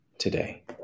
today